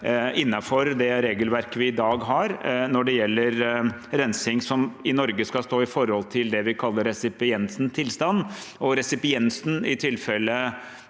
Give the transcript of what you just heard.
innenfor det regelverket vi har i dag når det gjelder rensing, som i Norge skal stå i forhold til det vi kaller resipientens tilstand. Resipienten i tilfellet